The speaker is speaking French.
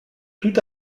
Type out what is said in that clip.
tout